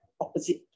opposite